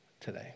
today